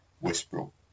Westbrook